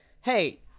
hey